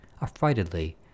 affrightedly